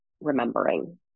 remembering